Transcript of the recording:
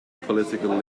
political